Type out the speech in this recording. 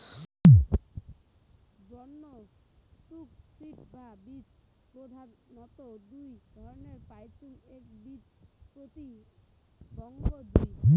বন্য তুক সিড বা বীজ প্রধানত দুই ধরণের পাইচুঙ একবীজপত্রী এবং দুই